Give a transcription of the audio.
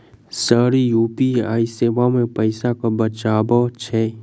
Sir UPI सेवा मे पैसा केँ बचाब छैय?